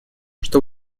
что